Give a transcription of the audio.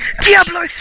Diablo